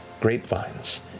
grapevines